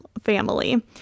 family